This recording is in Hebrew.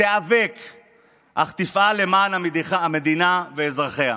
ותיאבק אך תפעל למען המדינה ואזרחיה.